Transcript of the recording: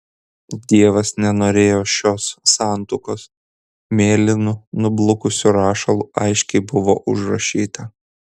dievas nenorėjo šios santuokos mėlynu nublukusiu rašalu aiškiai buvo užrašyta